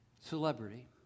celebrity